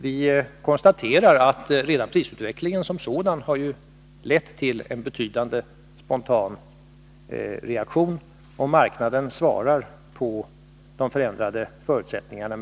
Vi konstaterar att redan prisutvecklingen som sådan har lett till en betydande spontan reaktion, och marknaden svarar på de förändrade förutsättningarna.